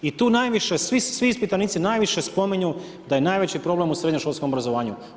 I tu najviše, svi ispitanici najviše spominju da je najveći problem u srednjoškolskom obrazovanju.